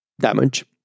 damage